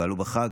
הם פעלו בחג,